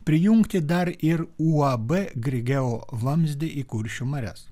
prijungti dar ir uab grigeo vamzdį į kuršių marias